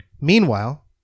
Meanwhile